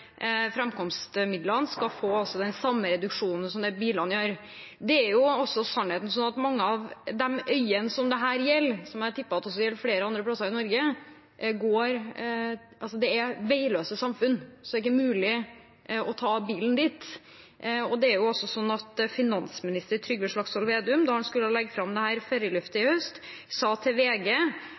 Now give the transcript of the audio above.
som skal få en reduksjon. Det framstår uklart hvorvidt passasjerer, som bruker disse framkomstmidlene, skal få den samme reduksjonen som det bilene får. Det er også slik at mange av de øyene dette gjelder, som jeg tipper også gjelder flere andre øyer i Norge, er veiløse samfunn, så det er ikke mulig ta bilen dit. Og finansminister Trygve Slagsvold Vedum, da han skulle legge fram dette i høst, sa til VG